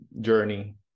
journey